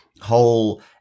whole